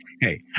Hey